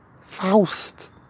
Faust